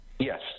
Yes